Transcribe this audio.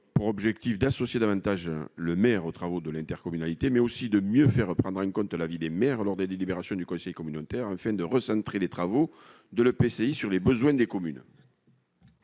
pour objet d'associer davantage le maire aux travaux de l'intercommunalité, mais aussi de garantir une meilleure prise en compte de l'avis des maires sur les délibérations du conseil communautaire, afin de recentrer les travaux de l'EPCI sur les besoins des communes.